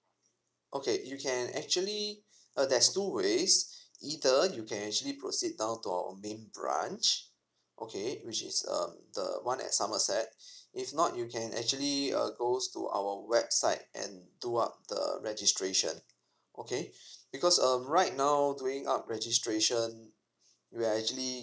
okay you can actually uh there's two ways either you can actually proceed down to our main branch okay which is um the one at somerset if not you can actually uh go to our website and do up the registration okay because um right now doing up registration we are actually